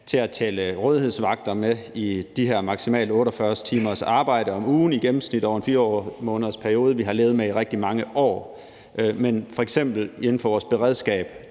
til at tælle rådighedsvagter med i forhold til de her maksimalt 48 timers arbejde om ugen i gennemsnit over en 4-månedersperiode – en regel, som vi har levet med i rigtig mange år, men som f.eks. inden for vores beredskab